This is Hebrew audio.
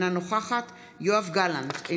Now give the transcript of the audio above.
אינה נוכחת יואב גלנט,